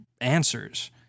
answers